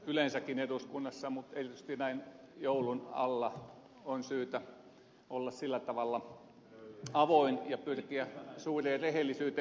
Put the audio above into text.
yleensäkin eduskunnassa mutta erityisesti näin joulun alla on syytä olla sillä tavalla avoin ja pyrkiä suureen rehellisyyteen